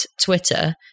Twitter